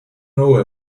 know